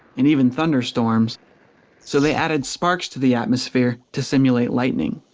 and even thunderstorms so they added sparks to the atmosphere to simulate lightning.